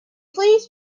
please